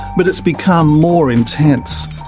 but it's become more intense.